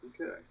Okay